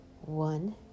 one